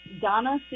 Donna